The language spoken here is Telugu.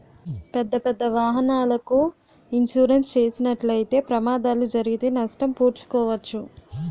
పెద్దపెద్ద వాహనాలకు ఇన్సూరెన్స్ చేసినట్లయితే ప్రమాదాలు జరిగితే నష్టం పూడ్చుకోవచ్చు